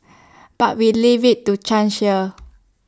but we leave IT to chance here